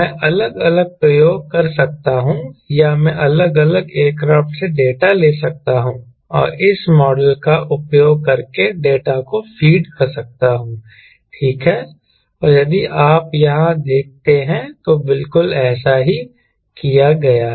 मैं अलग अलग प्रयोग कर सकता हूं या मैं अलग अलग एयरक्राफ्ट से डेटा ले सकता हूं और इस मॉडल का उपयोग करके डेटा को फीड कर सकता हूं ठीक है और यदि आप यहां देखते हैं तो बिल्कुल ऐसा ही किया गया है